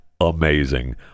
amazing